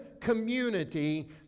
community